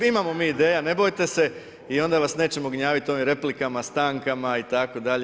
Imamo mi ideja, ne bojte se i onda vas nećemo gnjaviti ovim replikama, stankama itd.